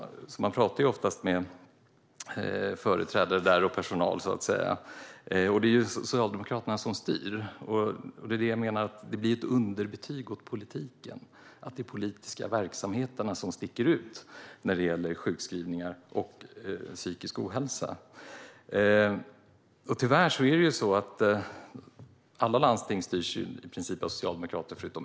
Jag talar ofta med företrädare och personal där. Det är alltså Socialdemokraterna som styr, och det blir ett underbetyg för politiken att det är de offentliga verksamheterna som sticker ut när det gäller sjukskrivningar och psykisk ohälsa. Tyvärr styrs alla landsting utom ett vad jag vet av socialdemokrater.